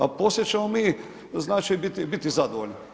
A poslije ćemo mi znači biti zadovoljni.